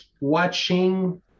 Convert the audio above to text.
watching